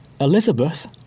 Elizabeth